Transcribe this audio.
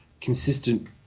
consistent